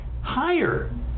higher